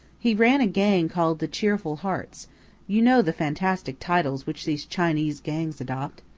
he ran a gang called the cheerful hearts' you know the fantastic titles which these chinese gangs adopt.